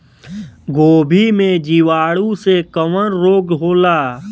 गोभी में जीवाणु से कवन रोग होला?